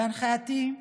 בהנחייתי,